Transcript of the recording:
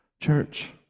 Church